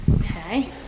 Okay